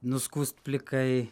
nuskust plikai